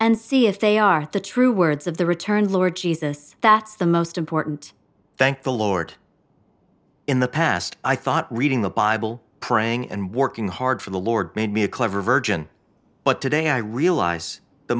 and see if they are the true words of the returned lord jesus that's the most important thank the lord in the past i thought reading the bible praying and working hard for the lord made me a clever version but today i realize the